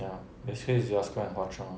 ya basically it's your school and hwa chong